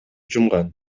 жумган